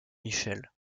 michel